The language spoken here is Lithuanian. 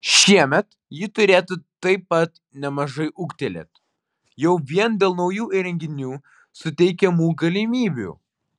šiemet ji turėtų taip pat nemažai ūgtelėti jau vien dėl naujų įrenginių suteikiamų galimybių